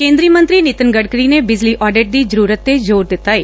ਕੇਂ ਦਰੀ ਮੰਤਰੀ ਨਿਤਿਨ ਗਡਕਰੀ ਨੇ ਬਿਜਲੀ ਆਡਿਟ ਦੀ ਜ਼ਰੁਰਤ ਤੇ ਜ਼ੋਰ ਦਿੱਤਾ ਏ